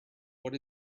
what